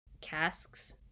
casks